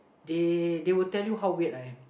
they they will tell you how weird I am